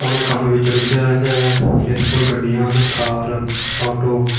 ਆਪਣੇ ਕੰਮ ਵਿੱਚ ਰੁੱਝਿਆ ਰਹਿੰਦਾ ਹੈ ਇਹਦੇ ਕੋਲ ਗੱਡੀਆਂ ਹਨ ਥਾਰ ਆਟੋ